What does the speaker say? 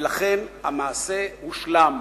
ולכן, המעשה הושלם,